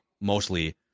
mostly